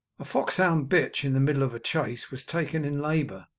a foxhound bitch, in the middle of a chase, was taken in labour,